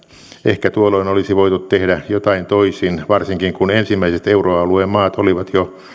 ehkä tuolloin olisi voitu tehdä jotain toisin varsinkin kun ensimmäiset euroalueen maat olivat jo